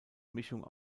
mischung